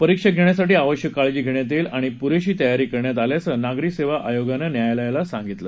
परीक्षा घेण्यासाठी आवश्यक काळजी घेण्यात येईल आणि पुरेशी तयारी करण्यात आल्याचं नागरी सेवा आयोगानं न्यायालयाला सांगितलं